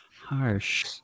Harsh